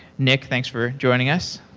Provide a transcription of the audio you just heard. nick, thanks for joining us.